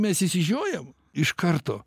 mes išsižiojam iš karto